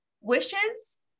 Wishes